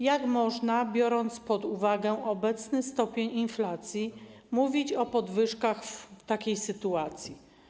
Jak można, biorąc pod uwagę obecny stopień inflacji, mówić o podwyżkach w takiej sytuacji?